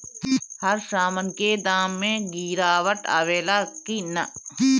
हर सामन के दाम मे गीरावट आवेला कि न?